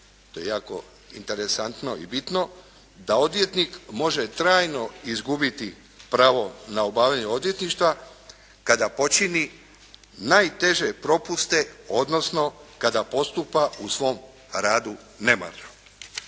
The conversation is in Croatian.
to je jako interesantno i bitno, da odvjetnik može trajno izgubiti pravo na obavljanje odvjetništva kada počini najteže propuste odnosno kada postupa u svom radu nemarno.